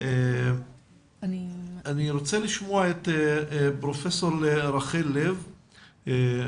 אני רוצה לשמוע את פרופ' רחל לב,